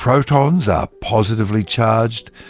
protons are positively charged,